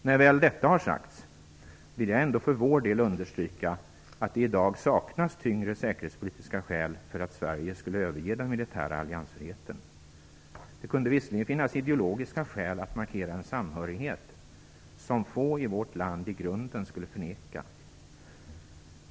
När väl detta har sagts vill jag ändå för vår del understryka att det i dag saknas tyngre säkerhetspolitiska skäl för att Sverige skulle överge den militära alliansfriheten. Det kunde visserligen finnas ideologiska skäl att markera en samhörighet som få i vårt land i grunden skulle förneka.